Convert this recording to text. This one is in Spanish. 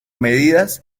medidas